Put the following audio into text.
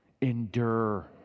Endure